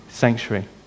sanctuary